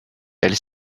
elle